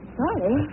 sorry